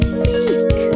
meek